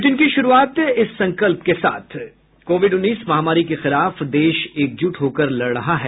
bulletin की शुरूआत से पहले ये संकल्प कोविड उन्नीस महामारी के खिलाफ देश एकजुट होकर लड़ रहा है